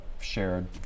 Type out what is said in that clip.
shared